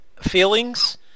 feelings